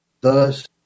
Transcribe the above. Thus